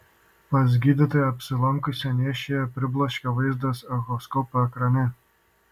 pas gydytoją apsilankiusią nėščiąją pribloškė vaizdas echoskopo ekrane